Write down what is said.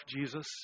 Jesus